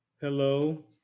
Hello